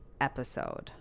episode